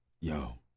yo